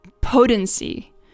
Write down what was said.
potency